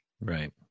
Right